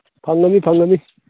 ꯐꯪꯒꯅꯤ ꯐꯪꯒꯅꯤ